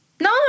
No